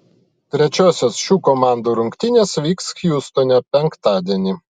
trečiosios šių komandų rungtynės vyks hjustone penktadienį